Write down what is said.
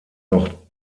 noch